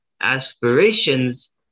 aspirations